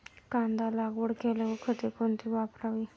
कांदा लागवड केल्यावर खते कोणती वापरावी?